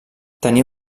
tenir